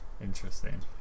Interesting